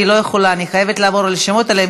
אני לא יכולה, אני חייבת לעבור על הרשימות האלה.